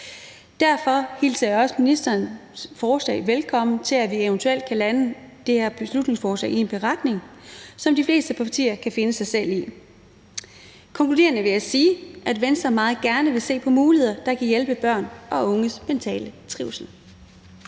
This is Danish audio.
Derfor hilser jeg også ministerens forslag velkommen, så vi eventuelt kan lande det her beslutningsforslag i en beretning, som de fleste partier kan se sig selv i. Konkluderende vil jeg sige, at Venstre meget gerne vil se på muligheder, der kan hjælpe børn og unges mentale trivsel.